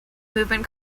movement